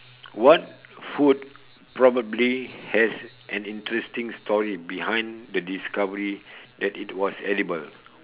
what food probably has an interesting story behind the discovery that it was edible